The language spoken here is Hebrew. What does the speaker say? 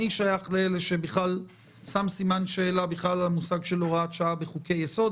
אני שייך לאלה ששם סימן שאלה בכלל על המושג של הוראת שעה בחוקי-יסוד,